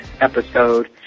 episode